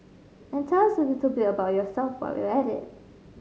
and tell us a little bit about yourself while you're at it